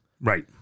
right